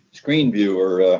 screen viewer,